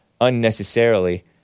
unnecessarily